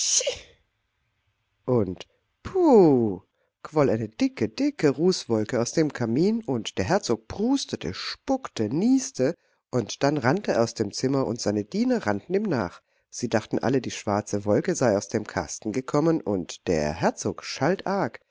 und puh quoll eine dicke dicke rußwolke aus dem kamin und der herzog prustete spuckte nieste und dann rannte er aus dem zimmer und seine diener rannten ihm nach sie dachten alle die schwarze wolke sei aus dem kasten gekommen und der herzog schalt arg